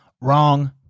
Wrong